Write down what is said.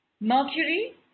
Mercury